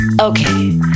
okay